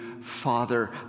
Father